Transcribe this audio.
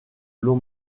l’on